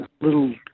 Little